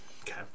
okay